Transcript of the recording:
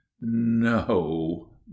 no